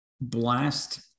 blast